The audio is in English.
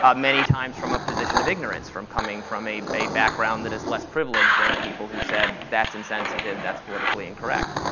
many times from a position of ignorance, from coming from a background that is less privileged than the people who said that's insensitive, that's politically incorrect.